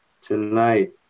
Tonight